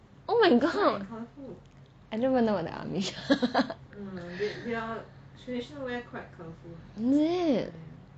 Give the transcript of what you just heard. oh my god I don't even know what the amish is it